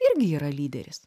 irgi yra lyderis